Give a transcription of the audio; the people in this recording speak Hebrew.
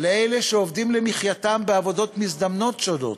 לאלה שעובדים למחייתם בעבודות מזדמנות שונות,